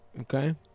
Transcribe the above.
Okay